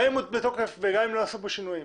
גם אם הוא בתוקף וגם לא נעשו בו שינויים.